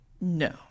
no